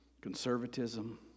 conservatism